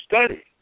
study